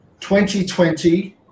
2020